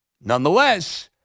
Nonetheless